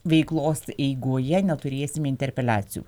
veiklos eigoje neturėsime interpeliacijų